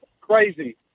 crazy